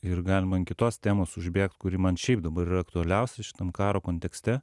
ir galima ant kitos temos užbėgt kuri man šiaip dabar yra aktualiausia šitam karo kontekste